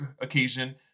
occasion